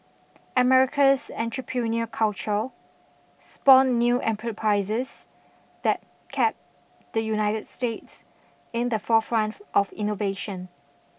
America's entrepreneur culture spawned new enperprises that kept the United States in the forefront of innovation